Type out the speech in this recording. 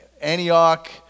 Antioch